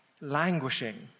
languishing